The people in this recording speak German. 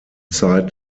zeit